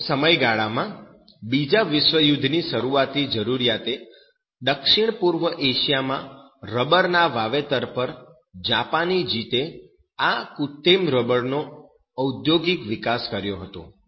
તે સમયગાળામાં બીજા વિશ્વયુદ્ધની શરૂઆતી જરૂરિયાતે દક્ષિણપૂર્વ એશિયા માં રબર ના વાવેતર પર જાપાની જીતે આજે કૃત્રિમ રબર નો ઔદ્યોગિક વિકાસ કર્યો હતો